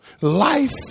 Life